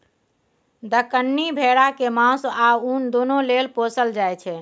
दक्कनी भेरा केँ मासु आ उन दुनु लेल पोसल जाइ छै